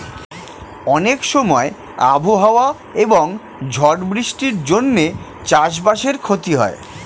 অনেক সময় আবহাওয়া এবং ঝড় বৃষ্টির জন্যে চাষ বাসের ক্ষতি হয়